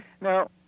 Now